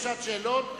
שאלות,